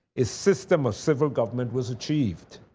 a system of civil government was achieved.